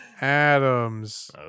Adams